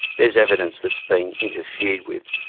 there's evidence that's been interfered with.